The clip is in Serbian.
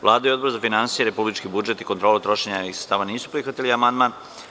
Vlada i Odbor za finansije, republički budžet i kontrolu trošenja javnih sredstava nisu prihvatili ovaj amandman.